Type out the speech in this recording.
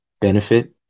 benefit